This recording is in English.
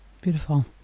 beautiful